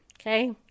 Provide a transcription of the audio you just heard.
Okay